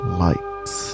lights